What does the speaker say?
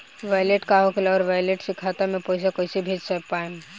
Wallet का होखेला और वैलेट से खाता मे पईसा कइसे भेज पाएम?